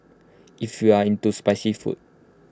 if you are into spicy food